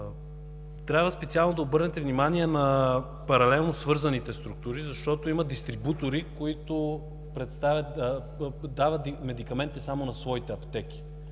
Трябва специално да обърнете внимание на паралелно свързаните структури, защото има дистрибутори, които дават медикаменти само на своите аптеки,